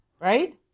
Right